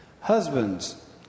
Husbands